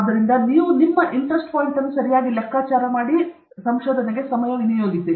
ಆದ್ದರಿಂದ ನೀವು ನಿಮ್ಮ ಇಸ್ಟ್ರೆಸ್ಟ್ ಪಾಯಿಂಟ್ ಅನ್ನು ಸರಿಯಾಗಿ ಲೆಕ್ಕಾಚಾರ ಮಾಡಬೇಕು